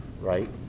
right